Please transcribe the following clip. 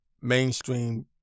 mainstream